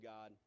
God